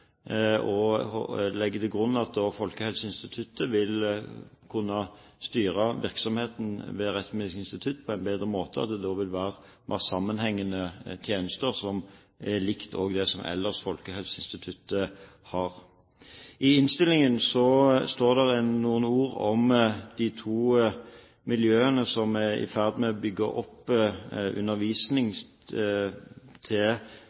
til grunn at Nasjonalt folkehelseinstitutt vil kunne styre virksomheten ved Rettsmedisinsk institutt på en bedre måte, at det da vil bli mer sammenhengende tjenester, som er likt det som Nasjonalt folkehelseinstitutt ellers har. I innstillingen står det noen ord om de to miljøene som er i ferd med å bygge opp undervisning